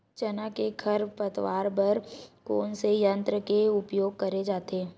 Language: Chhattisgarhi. चना के खरपतवार बर कोन से यंत्र के उपयोग करे जाथे?